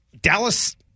Dallas